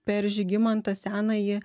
per žygimantą senąjį